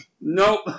nope